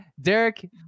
Derek